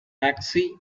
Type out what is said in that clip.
taxi